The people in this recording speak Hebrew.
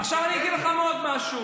עכשיו אני אגיד לכם עוד משהו.